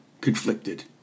conflicted